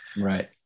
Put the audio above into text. Right